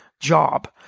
job